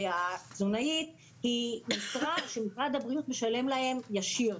התזונאית היא משרה שמשרד הבריאות משלם להם באופן ישיר,